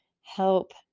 help